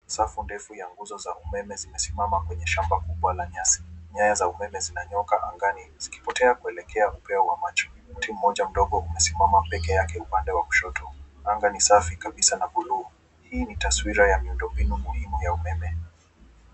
Safu ndefu ya nguzo za umeme zimesimama kwenye shamba kubwa la nyasi. Nyaya za umeme zinanyoka angani zikipotea kuelekea upeo wa macho. Mti mmoja mdogo umesimama pekeake upande wa kushoto anga ni safi kabisa na bluu. Hii ni taswira ya miundo mbinu muhimu ya umeme.